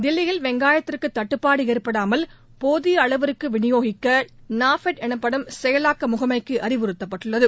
தில்லியில் வெங்காயத்திற்கு தட்டுப்பாடு ஏற்படாமல் போதிய அளவிற்கு விநியோகிக்க நாஃபெட் எனப்படும் செயலாக்க முகமைக்கு அறிவுறுத்தப்பட்டுள்ளது